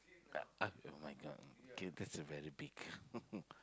yeah my-God okay that's a very big